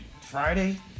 Friday